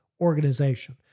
organization